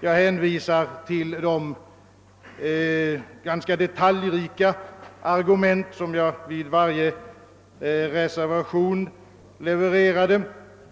Jag hänvisar till de gans ka detaljrika argument som jag levererade för varje reservation,